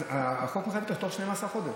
החוק מחייב אותו בתוך 12 חודש.